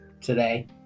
today